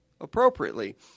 appropriately